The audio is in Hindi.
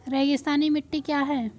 रेगिस्तानी मिट्टी क्या है?